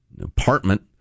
apartment